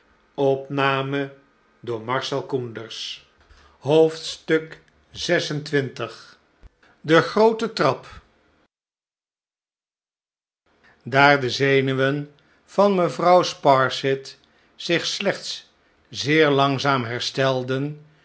xxvi de gboote tbap daar de zenuwen van mevrouw sparsit zich slechts zeer langzaam herstelden